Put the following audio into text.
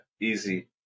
easy